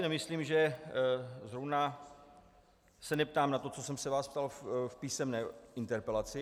Nemyslím si, že zrovna se neptám na to, co jsem se vás ptal v písemné interpelaci.